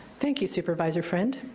thank you, supervisor friend.